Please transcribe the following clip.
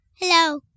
Hello